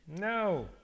No